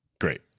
great